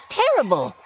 terrible